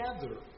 together